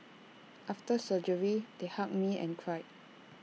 after surgery they hugged me and cried